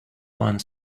one